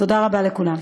תודה רבה לכולם.